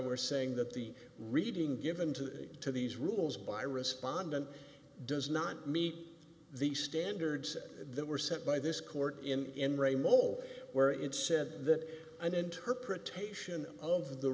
we're saying that the reading given to you to these rules by respondent does not meet the standards that were set by this court in a mole where it's said that an interpretation of the